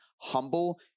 humble